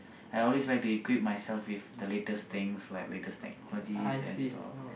I always like to equip myself with the latest things like latest technologies and stuff